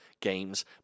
games